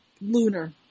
Lunar